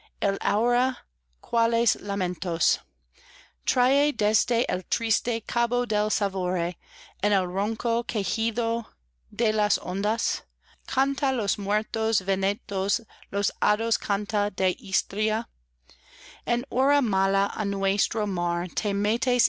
cuales lamentos trae desde el triste cabo de salvore en el ronco quejido de las ondas canta los muertos vénetos los hados canta de istria en hora mala á nuestro